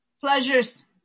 pleasures